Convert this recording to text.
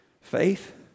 Faith